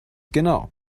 genau